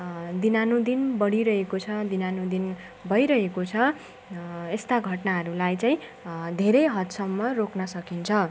दिनानुदिन बढिरहेको छ दिनानुदिन भइरहेको छ यस्ता घटनाहरूलाई चाहिँ धेरै हदसम्म रोक्न सकिन्छ